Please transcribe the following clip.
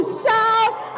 shout